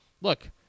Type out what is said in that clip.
look